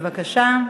בבקשה.